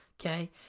okay